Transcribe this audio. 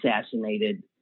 assassinated